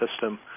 System